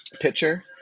pitcher